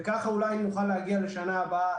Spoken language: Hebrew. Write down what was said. וככה אולי נוכל להגיע לשנה הבאה,